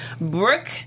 Brooke